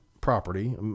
property